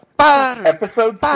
Episode